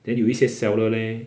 then 有一些 seller leh